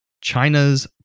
China's